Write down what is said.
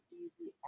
easy